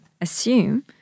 assume